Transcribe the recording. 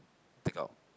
take out